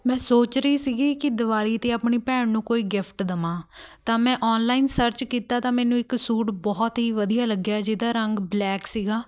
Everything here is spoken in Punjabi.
ਮੈਂ ਸੋਚ ਰਹੀ ਸੀਗੀ ਕਿ ਦੀਵਲੀ 'ਤੇ ਆਪਣੀ ਭੈਣ ਨੂੰ ਕੋਈ ਗਿਫਟ ਦੇਵਾਂ ਤਾਂ ਮੈਂ ਔਨਲਾਈਨ ਸਰਚ ਕੀਤਾ ਤਾਂ ਮੈਨੂੰ ਇੱਕ ਸੂਟ ਬਹੁਤ ਹੀ ਵਧੀਆ ਲੱਗਿਆ ਜਿਹਦਾ ਰੰਗ ਬਲੈਕ ਸੀਗਾ